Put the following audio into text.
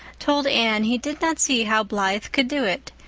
told anne he did not see how blythe could do it,